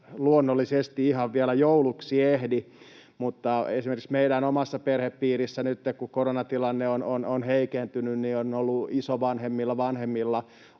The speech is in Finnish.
luonnollisesti ihan vielä jouluksi ehdi — esimerkiksi meidän omassa perhepiirissä, kun koronatilanne on heikentynyt, isovanhemmilla, vanhemmilla,